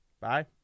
Bye